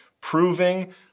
proving